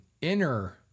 inner